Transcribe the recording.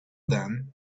then